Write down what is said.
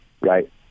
right